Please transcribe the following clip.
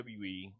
WWE